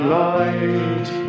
light